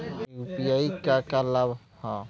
UPI क का का लाभ हव?